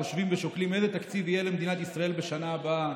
חושבים ושוקלים איזה תקציב יהיה למדינת ישראל בשנה הבאה,